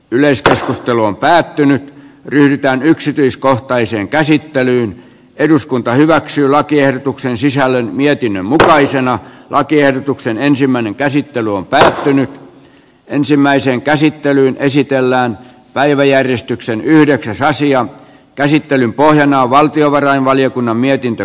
yleiskeskustelu on päättynyt ryhdytäänyksityiskohtaiseen käsittelyyn eduskunta hyväksyi lakiehdotuksen sisällön ja kinä mutaisina lakiehdotuksen ensimmäinen käsittely on päätynyt ensimmäiseen käsittelyyn esitellään päiväjärjestyksen yhdeksäs asian käsittelyn pohjana on valtiovarainvaliokunnan mietintö